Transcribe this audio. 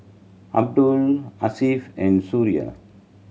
Abdullah Hasif and Suria